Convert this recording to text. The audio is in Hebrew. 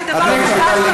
זה דבר חדש לחלוטין.